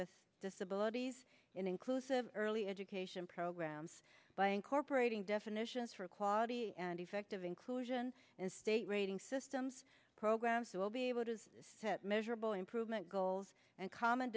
with disabilities in inclusive early education programs by incorporating deafen quality and effective inclusion and state rating systems programs will be able to set measurable improvement goals and common